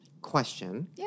question